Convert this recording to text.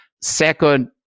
second